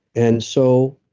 and so,